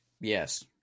Yes